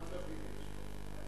כמה דפים יש לך עוד?